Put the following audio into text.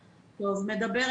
אוקיי.